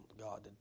God